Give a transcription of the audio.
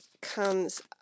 comes